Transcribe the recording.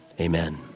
amen